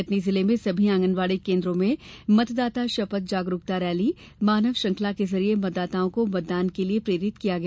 कटनी जिले में सभी आंगनबाड़ी केंद्रों में मतदाता शपथ जागरुकता रैली मानव श्रृंखला के जरिए मतदाताओं को मतदान के लिए प्रेरित किया गया